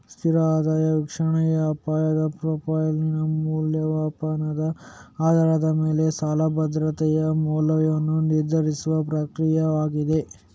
ಸ್ಥಿರ ಆದಾಯ ವಿಶ್ಲೇಷಣೆಯ ಅಪಾಯದ ಪ್ರೊಫೈಲಿನ ಮೌಲ್ಯಮಾಪನದ ಆಧಾರದ ಮೇಲೆ ಸಾಲ ಭದ್ರತೆಯ ಮೌಲ್ಯವನ್ನು ನಿರ್ಧರಿಸುವ ಪ್ರಕ್ರಿಯೆಯಾಗಿದೆ